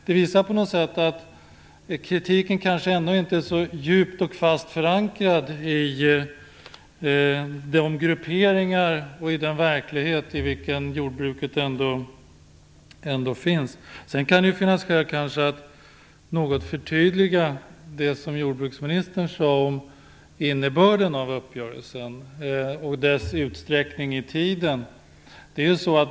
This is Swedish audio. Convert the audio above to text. Det visar på något sätt att kritiken kanske ändå inte är så djupt och fast förankrad i de grupperingar och den verklighet som jordbruket ändå finns. Det kanske kan finnas skäl att något förtydliga det som jordbruksministern sade om innebörden av uppgörelsen och dess utsträckning i tiden.